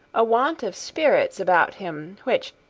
a want of spirits about him which,